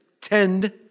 Tend